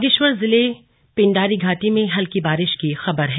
बागेश्वर जिले पिंडारी घाटी में हल्की बारिश की खबर है